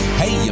hey